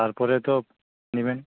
তারপরে তো নেবেন